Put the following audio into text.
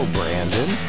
brandon